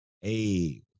hey